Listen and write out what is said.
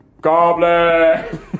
Goblin